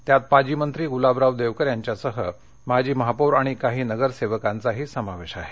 त्यात माजी मंत्री गुलाबराव देवकर यांच्यासह माजी महापौर आणि काही नगरसेवकांचाही समावेश आहे